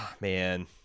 Man